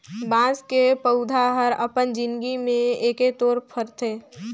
बाँस के पउधा हर अपन जिनगी में एके तोर फरथे